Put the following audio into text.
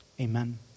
amen